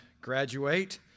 graduate